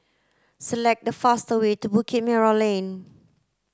select the fastest way to Bukit Merah Lane